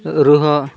ରୁହ